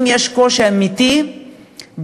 אם יש קושי אמיתי בסניפים,